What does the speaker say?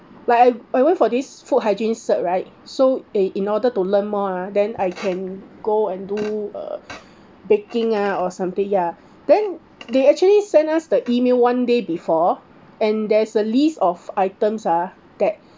like I I went for this food hygiene cert right so eh in order to learn more ah then I can go and do err baking ah or something ya then they actually send us the email one day before and there's a list of items ah that